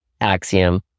Axiom